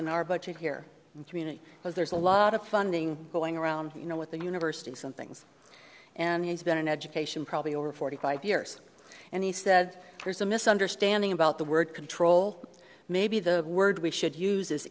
than our budget here in community because there's a lot of funding going around you know with the universities some things and he's been in education probably over forty five years and he said there's a misunderstanding about the word control maybe the word we should use is